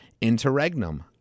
Interregnum